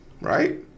right